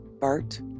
Bart